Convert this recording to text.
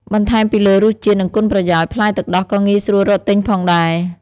បន្ថែមពីលើរសជាតិ និងគុណប្រយោជន៍ ផ្លែទឹកដោះក៏ងាយស្រួលរកទិញផងដែរ។